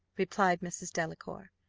replied mrs. delacour,